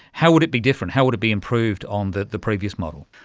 how would it be different, how would it be improved on the the previous model?